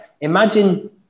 imagine